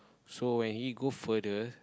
so when he go further